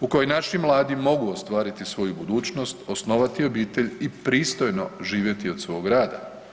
u kojoj naši mladi mogu ostvariti svoju budućnosti, osnovati obitelj i pristojno živjeti od svog rada.